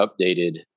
updated